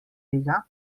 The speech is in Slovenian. tega